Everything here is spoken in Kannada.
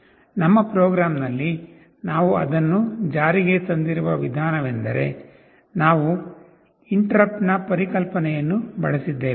ನಮ್ಮ ಪ್ರೋಗ್ರಾಂನಲ್ಲಿ ನಾವು ಅದನ್ನು ಜಾರಿಗೆ ತಂದಿರುವ ವಿಧಾನವೆಂದರೆ ನಾವು ಇಂಟರಪ್ಟ್ ನ ಪರಿಕಲ್ಪನೆಯನ್ನು ಬಳಸಿದ್ದೇವೆ